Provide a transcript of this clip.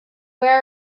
where